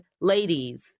ladies